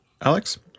Alex